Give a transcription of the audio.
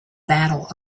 battle